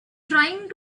trying